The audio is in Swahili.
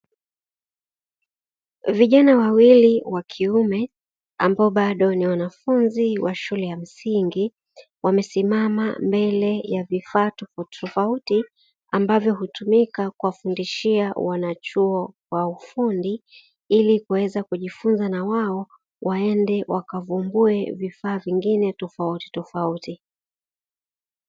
Vijana wawili wakiume ambao bado ni wanafunzi wa shule ya msingi wamesimama mbele ya vifaa tofautitofauti ambavyo hutumika kuwafundishia wanachuo wa ufundi, ili kuweza kujifunza na wao waende wakavumbue vifaa vingine tofautitofauti.